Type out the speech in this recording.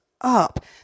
up